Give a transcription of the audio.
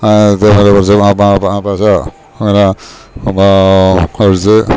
പശ അങ്ങനെ കുറച്ച്